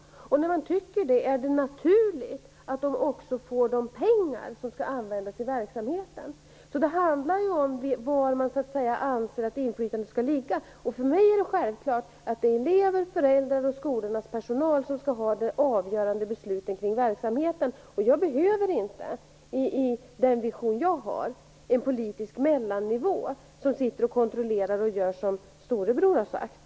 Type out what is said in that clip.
När man tycker det är det naturligt att skolorna också får de pengar som skall användas till verksamheten. Det handlar alltså om var man anser att inflytandet skall ligga. För mig är det självklart att det är eleverna, föräldrarna och skolornas personal som skall fatta de avgörande besluten kring verksamheten. Jag behöver inte, i den vision jag har, en politisk mellannivå där man sitter och kontrollerar och gör som storebror har sagt.